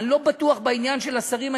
אני לא בטוח בעניין של השרים.